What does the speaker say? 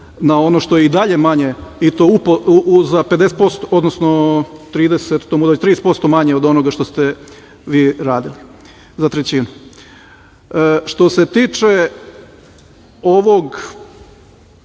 na ono što je i dalje manje, i to za 50%, odnosno 30% manje od onoga što ste vi radili, za trećinu. Što se tiče ovog,